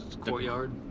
Courtyard